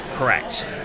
Correct